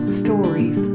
stories